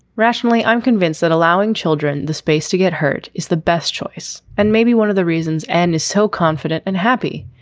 rationally, i'm convinced that allowing children the space to get hurt is the best choice and maybe one of the reasons and is so confident and happy.